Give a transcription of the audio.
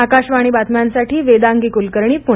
आकाशवाणी बातम्यांसाठी वेदांगी कुलकर्णी पूणे